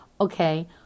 Okay